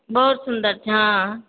बहुत सुन्दर छै हँ